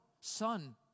son